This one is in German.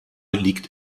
liegt